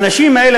האנשים האלה,